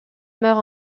meurt